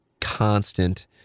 constant